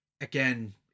again